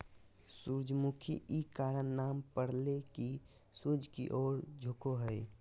सूरजमुखी इ कारण नाम परले की सूर्य की ओर झुको हइ